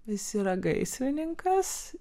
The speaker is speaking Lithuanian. jis yra gaisrininkas